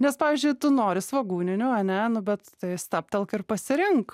nes pavyzdžiui tu nori svogūninių ane nu bet tai stabtelk ir pasirink